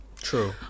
True